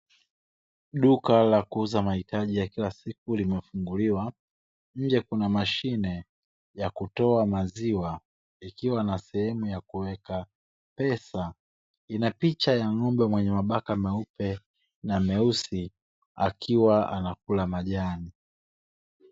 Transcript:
Duka la kuuza mahitaji ya kila siku limefunguliwa nje kuna mashine ya kutoa maziwa, ikiwa na sehemu ya kuweka pesa ina picha ya ng'ombe mwenye mabaka meupe na meusi akiwa anakula majani.